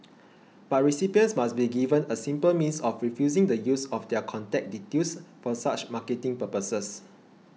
but recipients must be given a simple means of refusing the use of their contact details for such marketing purposes